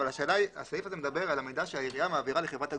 אבל הסעיף הזה מדבר על המידע שהעירייה מעבירה לחברת הגבייה,